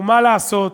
ומה לעשות,